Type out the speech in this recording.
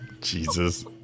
Jesus